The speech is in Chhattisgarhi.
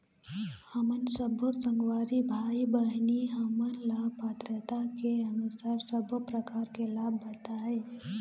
हमन सब्बो संगवारी भाई बहिनी हमन ला पात्रता के अनुसार सब्बो प्रकार के लाभ बताए?